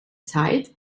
zeit